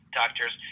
doctors